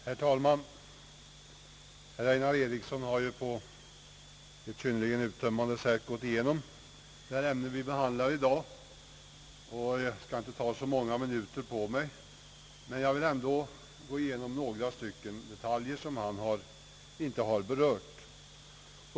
Herr talman! Herr Einar Eriksson har på ett synnerligen uttömmande sätt gått igenom det ärende vi nu behandlar. Jag skall därför inte tala så många minuter men vill ändå ta upp några detaljer som han inte har berört.